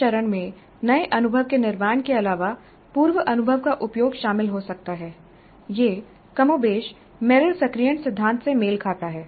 इस चरण में नए अनुभव के निर्माण के अलावा पूर्व अनुभव का उपयोग शामिल हो सकता है यह कमोबेश मेरिल सक्रियण सिद्धांत से मेल खाता है